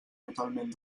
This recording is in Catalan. totalment